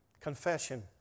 Confession